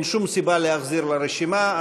אין שום סיבה להחזיר לרשימה,